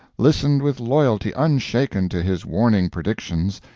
listened with loyalty unshaken to his warning predictions,